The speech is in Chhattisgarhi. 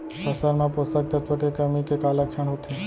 फसल मा पोसक तत्व के कमी के का लक्षण होथे?